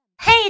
Hey